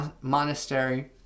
Monastery